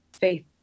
faith